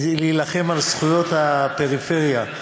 להילחם על זכויות הפריפריה,